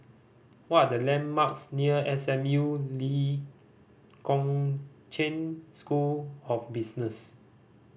what are the landmarks near S M U Lee Kong Chian School of Business